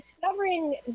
discovering